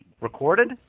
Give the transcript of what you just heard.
Recorded